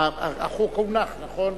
החוק הונח, נכון?